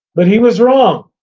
but he was wrong.